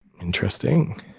Interesting